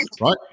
right